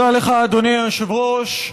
תודה לך, אדוני היושב-ראש.